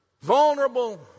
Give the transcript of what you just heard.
vulnerable